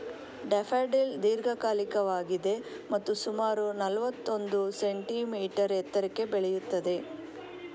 daffodil ದೀರ್ಘಕಾಲಿಕವಾಗಿದೆ ಮತ್ತು ಸುಮಾರು ನಲ್ವತ್ತೊಂದು ಸೆಂಟಿಮೀಟರ್ ಎತ್ತರಕ್ಕೆ ಬೆಳೆಯುತ್ತದೆ